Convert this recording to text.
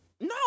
No